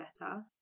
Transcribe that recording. better